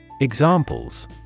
Examples